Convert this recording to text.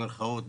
במירכאות,